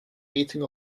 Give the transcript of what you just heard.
beating